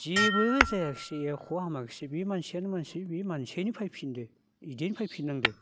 जेबो जायाख्सै एख' हामाख्सै बे मानसियानो मानसि मानसियैनो फैफिनदो इदियैनो फैफिंनांदो